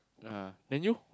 ah then you